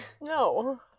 No